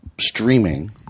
streaming